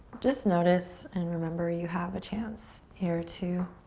just notice and remember you have a chance here to